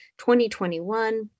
2021